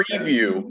preview